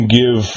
give